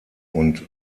und